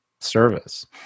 service